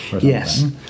Yes